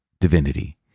divinity